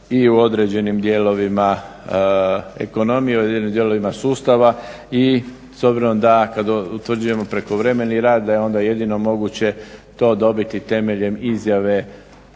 i u određenim dijelovima ekonomije i u određenim dijelovima sustava. I s obzirom da kada utvrđujemo prekovremeni rad da je onda jedino moguće to dobiti temeljem izjave